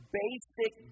basic